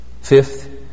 Fifth